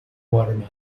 watermelon